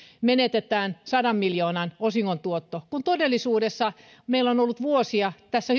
menetetään sadan miljoonan osingon tuotto kun todellisuudessa meillä on tässä